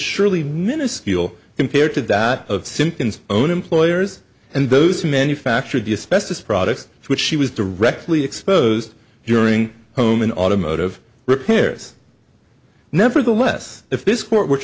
surely minuscule compared to that of simpkins own employers and those manufactured you specify products which she was directly exposed during home an automotive repairs nevertheless if this court w